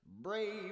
Brave